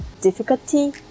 difficulty